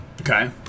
Okay